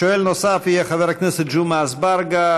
שואל נוסף יהיה חבר הכנסת ג'מעה אזברגה,